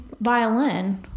violin